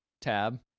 tab